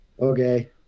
Okay